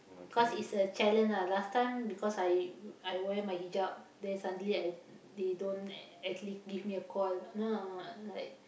cause it's a challenge ah last time because I I wear my hijab then suddenly I they don't ac~ actually give me a call no no no like